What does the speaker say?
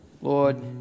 Lord